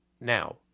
Now